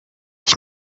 ich